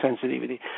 sensitivity